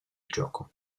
gioco